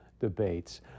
debates